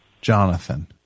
Jonathan